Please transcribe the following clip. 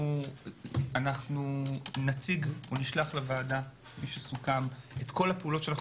אנחנו נשלח לוועדה כפי שסוכם את כל הפעולות שאנחנו